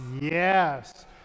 Yes